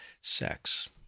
sex